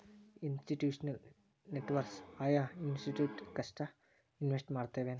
Institutional investors ಆಯಾ institute ಗಷ್ಟ invest ಮಾಡ್ತಾವೆನ್?